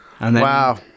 Wow